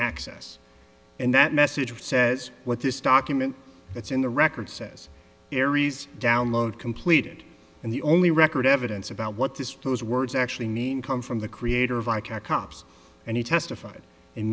access and that message says what this document that's in the record says aries download completed and the only record evidence about what this those words actually mean come from the creator of i care cops and he testified in